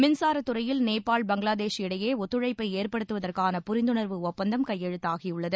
மின்சாரத் துறையில் நேபாள் பங்களாதேஷ் இடையே ஒத்துழைப்பை ஏற்படுத்துவதற்கான புரிந்துணா்வு ஒப்பந்தம் கையெழுத்தாகியுள்ளது